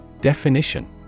Definition